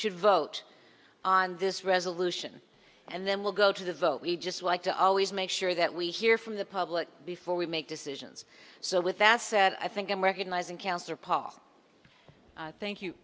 should vote on this resolution and then we'll go to the vote we just like to always make sure that we hear from the public before we make decisions so with that said i think i'm recognizing cancer paul thank you